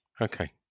Okay